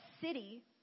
city